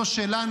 זו שלנו,